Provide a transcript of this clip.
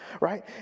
right